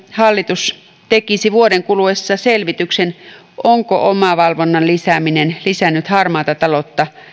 hallitus tekisi vuoden kuluessa selvityksen siitä onko omavalvonnan lisääminen lisännyt harmaata taloutta